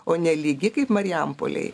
o ne lygi kaip marijampolėj